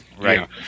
right